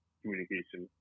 communication